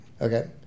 Okay